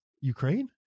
Ukraine